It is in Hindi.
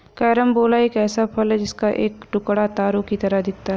कैरम्बोला एक ऐसा फल है जिसका एक टुकड़ा तारों की तरह दिखता है